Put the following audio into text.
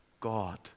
God